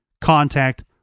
contact